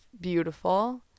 beautiful